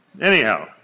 Anyhow